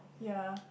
ya